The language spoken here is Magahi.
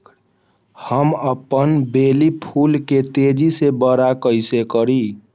हम अपन बेली फुल के तेज़ी से बरा कईसे करी?